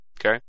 Okay